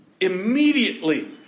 immediately